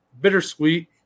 bittersweet